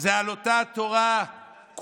זה על אותה תורה כולה